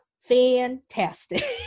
Fantastic